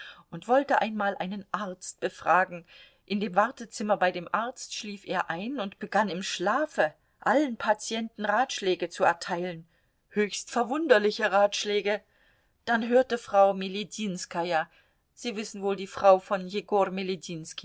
und wollte einmal einen arzt befragen in dem wartezimmer bei dem arzte schlief er ein und begann im schlafe allen patienten ratschläge zu erteilen höchst verwunderliche ratschläge dann hörte frau meledinskaja sie wissen wohl die frau von